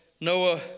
Noah